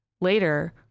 later